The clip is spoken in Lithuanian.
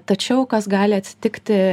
tačiau kas gali atsitikti